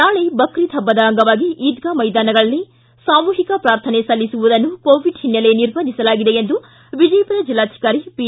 ನಾಳೆ ಬಕ್ರೀದ್ ಹಬ್ಬದ ಅಂಗವಾಗಿ ಈದ್ದಾ ಮೈದಾನಗಳಲ್ಲಿ ಸಾಮೂಹಿಕ ಪ್ರಾರ್ಥನೆ ಸಲ್ಲಿಸುವುದನ್ನು ಕೋವಿಡ್ ಹಿನ್ನೆಲೆ ನಿರ್ಬಂಧಿಸಲಾಗಿದೆ ಎಂದು ವಿಜಯಪುರ ಜಿಲ್ಲಾಧಿಕಾರಿ ಪಿ